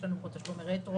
יש לנו פה תשלומי רטרו,